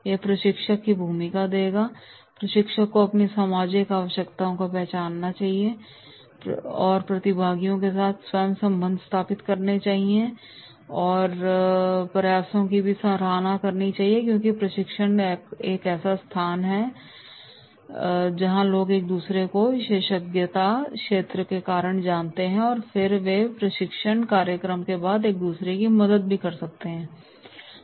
एक प्रशिक्षक की भूमिका है प्रशिक्षक को अपनी सामाजिक आवश्यकताओं को पहचानना चाहिए और प्रतिभागियों के साथ स्वस्थ संबंध स्थापित करने के उनके प्रयासों की भी सराहना करनी चाहिए क्योंकि प्रशिक्षण एक ऐसा स्थान है जहां लोग एक दूसरे को एक ही विशेषज्ञता क्षेत्र के कारण जानते हैं और फिर वे प्रशिक्षण कार्यक्रम के बाद एक दूसरे की मदद कर सकते हैं भी